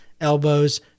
elbows